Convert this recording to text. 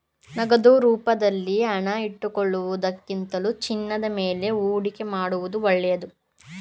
ನಗದು ರೂಪದಲ್ಲಿ ಹಣ ಇಟ್ಟುಕೊಳ್ಳುವುದಕ್ಕಿಂತಲೂ ಚಿನ್ನದ ಮೇಲೆ ಹೂಡಿಕೆ ಮಾಡುವುದು ಒಳ್ಳೆದು